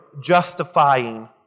justifying